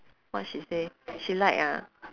what she say she like ah